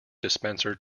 dispenser